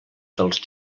dels